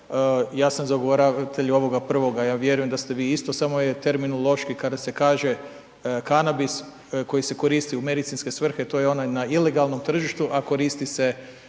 ja sam zagovoravatelj ovoga prvoga, ja vjerujem da ste vi isto samo je terminološki kada se kaže kanabis koji se koristi u medicinske svrhe to je onaj na ilegalnom tržištu, a koristi se